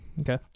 Okay